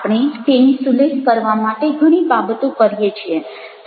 આપણે તેની સુલેહ કરવા માટે ઘણી બાબતો કરીએ છીએ